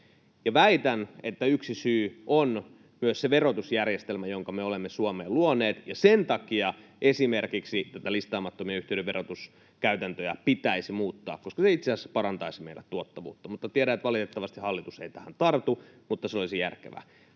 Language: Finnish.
Väitän, että yksi syy on myös se verotusjärjestelmä, jonka me olemme Suomeen luoneet, ja sen takia esimerkiksi listaamattomien yhtiöiden verotuskäytäntöjä pitäisi muuttaa, koska se itse asiassa parantaisi meillä tuottavuutta. Tiedän, että valitettavasti hallitus ei tähän tartu, mutta se olisi järkevää.